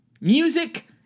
music